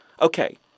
Okay